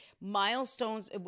milestones